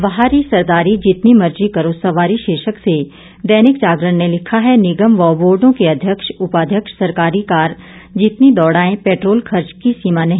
वाह री सरदारी जितनी मर्जी करो सवारी शीर्षक से दैनिक जागरण ने लिखा है निगम व बोर्डों के अध्यक्ष उपाध्यक्ष सरकारी कार जितनी दौड़ाएं पैट्रोल खर्च की सीमा नहीं